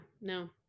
no